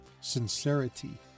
sincerity